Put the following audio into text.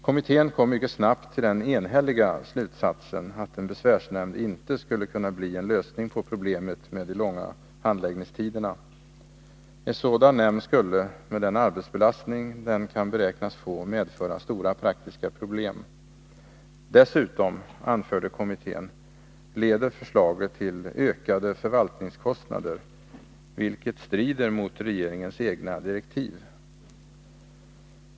Kommittén kom mycket snabbt till den enhälliga slutsatsen, att en besvärsnämnd inte skulle kunna bli en lösning på problemet med de långa handläggningstiderna. En sådan nämnd skulle, med den arbetsbelastning den kan beräknas få, medföra stora praktiska problem. Dessutom, anförde kommittén, leder förslaget till ökade förvaltningskostnader — vilket strider mot regeringens egna direktiv.